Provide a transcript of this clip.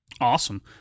Awesome